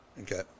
Okay